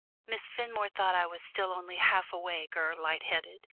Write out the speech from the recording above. miss fenmore thought i was still only half awake or light-headed,